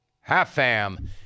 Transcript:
Half-fam